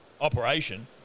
operation